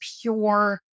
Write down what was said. pure